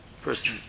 first